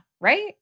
Right